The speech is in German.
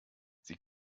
sie